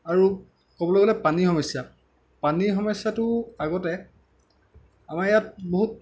আৰু ক'বলৈ গ'লে পানীৰ সমস্য়া পানীৰ সমস্য়াটো আগতে আমাৰ ইয়াত বহুত